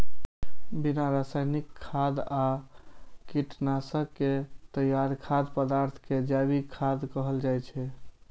बिना रासायनिक खाद आ कीटनाशक के तैयार खाद्य पदार्थ कें जैविक खाद्य कहल जाइ छै